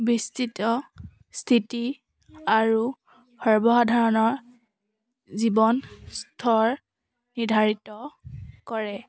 বিস্তৃত স্থিতি আৰু সৰ্বসাধাৰণৰ জীৱন স্তৰ নিৰ্ধাৰিত কৰে